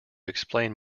explain